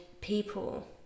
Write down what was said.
people